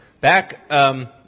Back